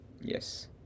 Yes